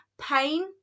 pain